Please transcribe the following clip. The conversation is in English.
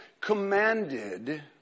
commanded